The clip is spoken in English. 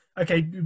okay